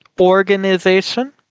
organization